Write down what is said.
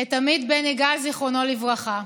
את עמית בן יגאל, זיכרונו לברכה.